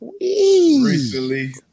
recently